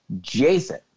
Jason